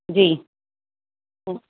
जी